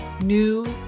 New